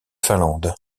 finlande